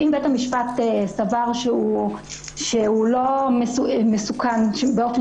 אם בית המשפט סבר שהוא לא מסוכן באופן